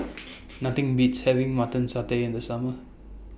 Nothing Beats having Mutton Satay in The Summer